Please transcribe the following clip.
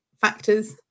factors